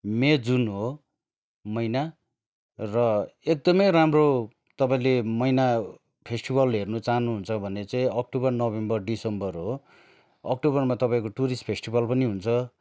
मे June हो महिना र एकदमै राम्रो तपाईँले महिना फेस्टिबल हेर्नु चाहनुहुन्छ भने चाहिँ अक्टुबर नोभेम्बर डिसेम्बर हो अक्टुबरमा तपाईँको टुरिस्ट फेस्टिबल पनि हुन्छ